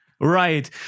Right